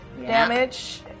damage